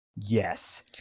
Yes